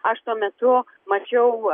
aš tuo metu mačiau